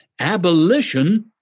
Abolition